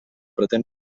pretén